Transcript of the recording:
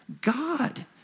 God